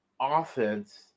offense